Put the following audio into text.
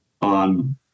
on